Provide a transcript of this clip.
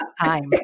time